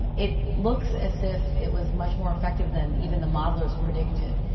um it looks as if it was much more effective than even the modelers predicted.